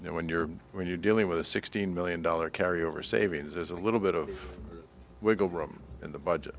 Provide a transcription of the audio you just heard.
you know when you're when you're dealing with a sixteen million dollar carry over savings as a little bit of wiggle room in the budget